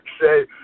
say